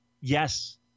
Yes